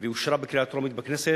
והיא אושרה בקריאה טרומית בכנסת.